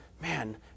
man